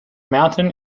mountain